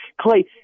Clay